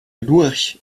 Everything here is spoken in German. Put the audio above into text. lurch